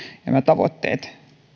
nämä tavoitteet